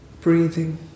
Breathing